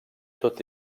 tot